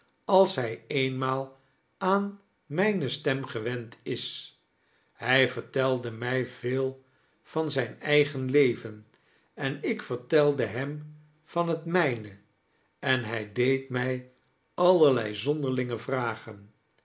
ale hij eenmaal aan mijne stem gewend is hij vertelde mij veel van zijn eigen leven en ik vertelde hem van het mijne en hij deed mij aller-lei zonderlinge vragen